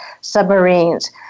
submarines